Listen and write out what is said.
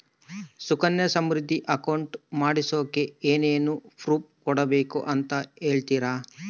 Sukanya Samriddhi account ಮಾಡಿಸೋಕೆ ಏನೇನು proof ಕೊಡಬೇಕು ಅಂತ ಹೇಳ್ತೇರಾ?